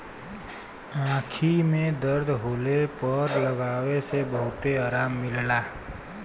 आंखी में दर्द होले पर लगावे से बहुते आराम मिलला